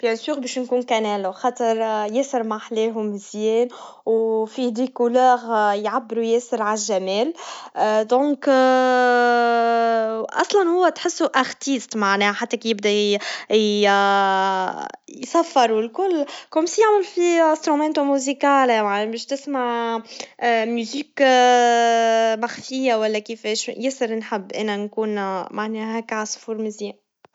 بكل تأكيد باش نكون كنار, على خاطر ياسر محلاه مزيان, وفي ألوان يعبروا ياسر عالجمال, إذاً وأصلا هوا تحسه فنان معناه, حتى كيبدا ي يصفر والكل, كومسيون في أداة موسيقية وعمشتسمع موسيقا مخفيا ولا كيفاش, ف ياسر نحب إنا نكون ماني هكا عصور مزيان.